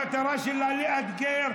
המטרה שלה היא לאתגר.